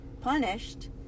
punished